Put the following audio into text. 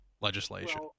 legislation